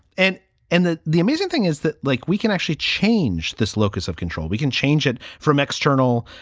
and and the the amazing thing is that, like, we can actually change this locus of control. we can change it from external.